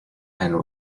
and